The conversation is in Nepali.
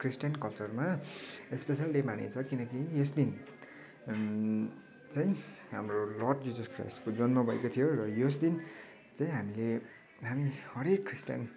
ख्रिस्चिय्न कल्चरमा इस्पेसल डे मानिन्छ किनकि यस दिन चाहिँ हाम्रो लर्ड जिजस् क्राइस्टको जन्म भएको थियो र यस दिन चाहिँ हामीले हामी हरेक ख्रिस्चिय्न